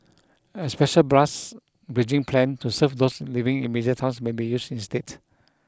a special bus bridging plan to serve those living in major towns may be used instead